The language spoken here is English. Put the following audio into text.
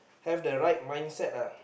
have the right mindset uh